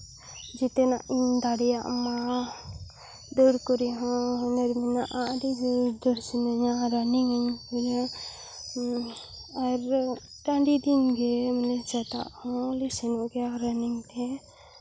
ᱡᱚᱛᱚᱣᱟᱜ ᱤᱧ ᱫᱟᱲᱮᱭᱟᱜᱼᱢᱟ ᱫᱟᱹᱲ ᱠᱚᱨᱮᱦᱚᱸ ᱦᱩᱱᱟᱹᱨ ᱢᱮᱱᱟᱜᱼᱟ ᱟᱹᱰᱤ ᱜᱮ ᱫᱟᱹᱲ ᱥᱟᱱᱟᱧᱟ ᱨᱟᱱᱤᱧᱟᱹᱧ ᱟᱨ ᱴᱟᱹᱰᱤ ᱫᱤᱱ ᱜᱮ ᱢᱟᱱᱮ ᱥᱮᱛᱟᱜ ᱦᱚᱸ ᱞᱮ ᱥᱮᱱᱚᱜ ᱜᱮᱭᱟ ᱨᱟᱱᱤᱝ ᱛᱮ